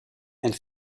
and